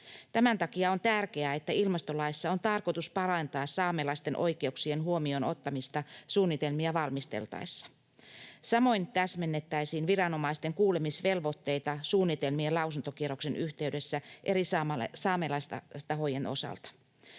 Tämän takia on tärkeää, että ilmastolaissa on tarkoitus parantaa saamelaisten oikeuksien huomioon ottamista suunnitelmia valmisteltaessa. Samoin täsmennettäisiin viranomaisten kuulemisvelvoitteita suunnitelmien ja lausuntokierrosten yhteydessä eri saamelaistahojen osalta.